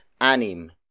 anim